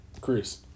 Chris